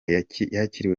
yakiriwe